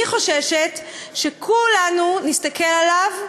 אני חוששת שכולנו נסתכל עליו,